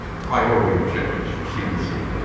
priority objectives for cdc.